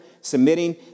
Submitting